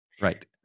Right